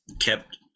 kept